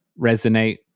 resonate